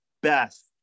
best